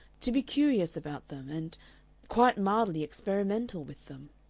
to be curious about them and quite mildly-experimental with them.